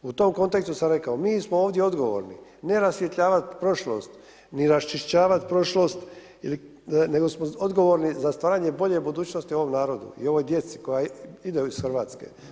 U tom kontekstu sam rekao, mi smo ovdje odgovorni, ne rasvjetljavat prošlost, ni raščišćavat prošlost nego smo odgovorni za stvaranje bolje budućnosti u ovom narodu i ovoj djeci, koja idu iz Hrvatske.